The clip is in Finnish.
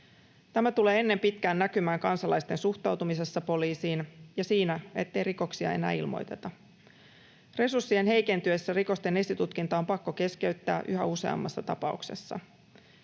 Tämä tulee ennen pitkää näkymään kansalaisten suhtautumisessa poliisin ja siinä, ettei rikoksia enää ilmoiteta. Resurssien heikentyessä rikosten esitutkinta on pakko keskeyttää yhä useammassa tapauksessa.